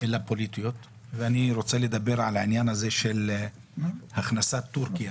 פוליטיות ואני רוצה לדבר על העניין הזה של הכנסת טורקיה